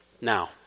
Now